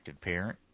parent